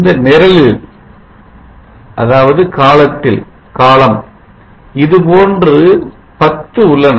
இந்த நிரலில் இதுபோன்ற 10 உள்ளன